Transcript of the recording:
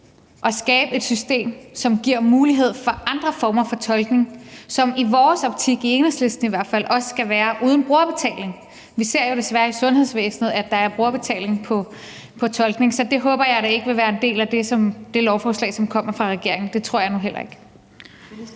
at skabe et system, som giver mulighed for andre former for tolkning, som i Enhedslistens optik i hvert fald også skal være uden brugerbetaling. Vi ser jo desværre i sundhedsvæsenet, at der er brugerbetaling på tolkning. Så det håber jeg da ikke vil være en del af det lovforslag, som kommer fra regeringen; men det tror jeg nu heller ikke.